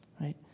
right